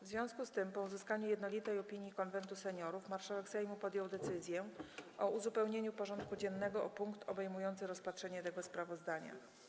W związku z tym, po uzyskaniu jednolitej opinii Konwentu Seniorów, marszałek Sejmu podjął decyzję o uzupełnieniu porządku dziennego o punkt obejmujący rozpatrzenie tego sprawozdania.